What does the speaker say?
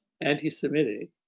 anti-Semitic